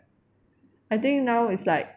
I think now is like